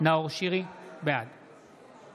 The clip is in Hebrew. נאור שירי, בעד